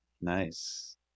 Nice